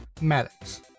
Maddox